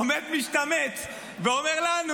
עומד משתמט ואומר לנו: